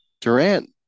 Durant